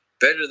better